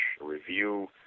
review